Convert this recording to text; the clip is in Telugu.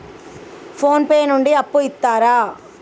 ఫోన్ పే నుండి అప్పు ఇత్తరా?